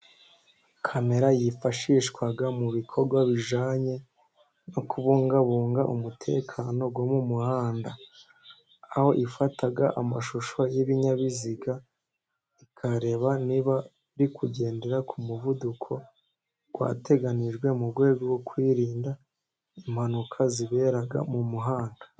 Kamera yifashishwa mu bikorwa bijyanye no kubungabunga umutekano wo mu muhanda, aho ifata amashusho y'ibinyabiziga, ikareba niba biri kugendera ku muvuduko wateganyijwe, mu rwego rwo kwirinda impanuka zibera mu muhanda.